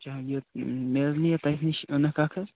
جہانگیٖر مےٚ حظ نِیے تۄہہِ نِش عٲنَکھ اَکھ حظ